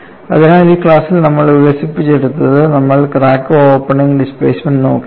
അതിനാൽ ഈ ക്ലാസ്സിൽ നമ്മൾ വികസിപ്പിച്ചെടുത്തത് നമ്മൾ ക്രാക്ക് ഓപ്പണിംഗ് ഡിസ്പ്ലേസ്മെന്റ് നോക്കിയിരുന്നു